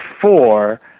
four